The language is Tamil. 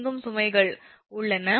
இங்கும் சுமைகள் உள்ளன